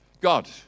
God